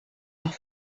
off